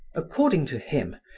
according to him,